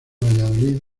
valladolid